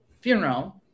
funeral